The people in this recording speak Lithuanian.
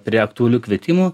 prie aktualių kvietimų